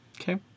Okay